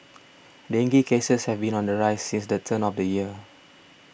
dengue cases have been on the rise since the turn of the year